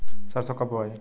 सरसो कब बोआई?